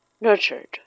Nurtured